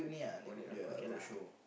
only ah okay lah